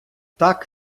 так